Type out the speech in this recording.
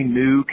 new